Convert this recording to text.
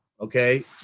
Okay